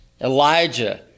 Elijah